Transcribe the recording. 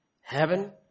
heaven